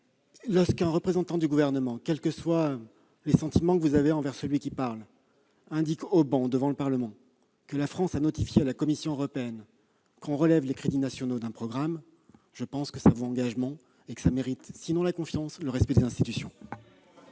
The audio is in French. Lorsqu'un représentant du Gouvernement, quels que soient les sentiments que vous avez envers lui, indique au banc, devant le Parlement, que la France a notifié à la Commission européenne le relèvement des crédits nationaux d'un programme, je pense que cela vaut engagement, et que cela mérite sinon la confiance, du moins le respect des institutions.